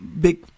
big